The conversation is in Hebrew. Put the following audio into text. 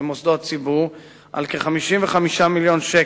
למוסדות ציבור על כ-55 מיליון שקל,